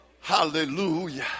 Hallelujah